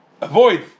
avoid